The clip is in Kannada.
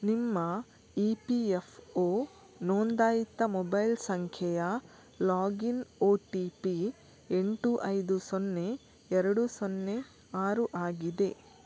ನಿಮ್ಮ ಇ ಪಿ ಎಫ್ ಒ ನೋಂದಾಯಿತ ಮೊಬೈಲ್ ಸಂಖ್ಯೆಯ ಲಾಗಿನ್ ಓ ಟಿ ಪಿ ಎಂಟು ಐದು ಸೊನ್ನೆ ಎರಡು ಸೊನ್ನೆ ಆರು ಆಗಿದೆ